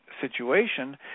situation